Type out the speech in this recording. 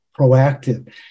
proactive